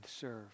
serve